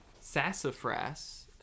sassafras